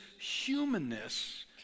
humanness